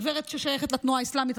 גברת ששייכת לתנועה האסלאמית.